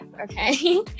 okay